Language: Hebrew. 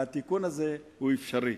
והתיקון הזה אפשרי.